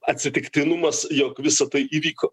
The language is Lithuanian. atsitiktinumas jog visa tai įvyko